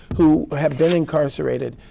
who have been incarcerated.